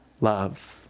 love